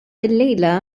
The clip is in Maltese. illejla